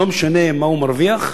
לא משנה מה הוא מרוויח.